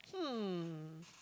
hmm